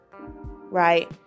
right